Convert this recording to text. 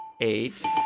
eight